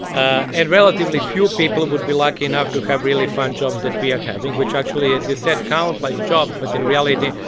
ah and relatively few people would be lucky enough to have really fun jobs that we are having, which actually, as you said, count like jobs, but in reality,